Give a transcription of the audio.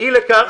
אי לכך